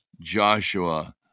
Joshua